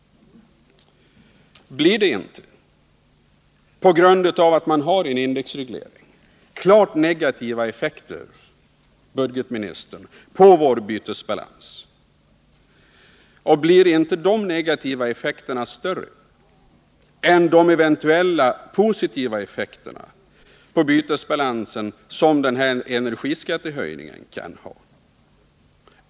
Blir det inte genom en indexreglering klart negativa effekter, herr budgetminister, på vår bytesbalans? Blir inte de negativa effekterna större än de eventuella positiva effekter på bytesbalansen som energiskattehöjningen kan ha?